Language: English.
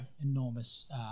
enormous